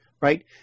right